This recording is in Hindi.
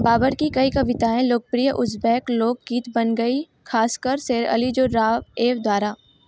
बाबर की कई कविताएँ लोकप्रिय उज़्बेक लोक गीत बन गई खास कर शेर अली जोर्रा एव द्वारा